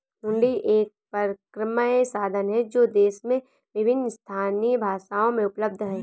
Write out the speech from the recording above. हुंडी एक परक्राम्य साधन है जो देश में विभिन्न स्थानीय भाषाओं में उपलब्ध हैं